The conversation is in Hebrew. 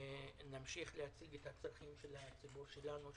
נמשיך להציג את הצרכים של הציבור שלנו,